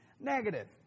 negative